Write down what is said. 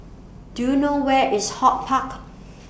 Do YOU know Where IS HortPark